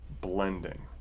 blending